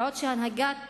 בעוד שהנהגת